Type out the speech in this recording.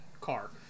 car